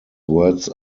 words